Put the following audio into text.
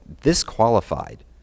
disqualified